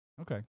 Okay